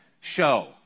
show